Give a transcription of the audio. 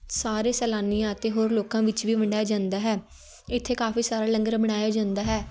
ਸਾਰੇ ਸੈਲਾਨੀਆਂ ਅਤੇ ਹੋਰ ਲੋਕਾਂ ਵਿੱਚ ਵੀ ਵੰਡਿਆ ਜਾਂਦਾ ਹੈ ਇੱਥੇ ਕਾਫੀ ਸਾਰਾ ਲੰਗਰ ਬਣਾਇਆ ਜਾਂਦਾ ਹੈ